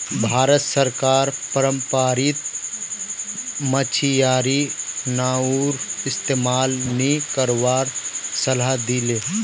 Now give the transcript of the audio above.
भारत सरकार पारम्परिक मछियारी नाउर इस्तमाल नी करवार सलाह दी ले